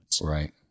Right